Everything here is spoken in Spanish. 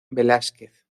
velásquez